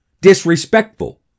disrespectful